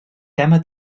tema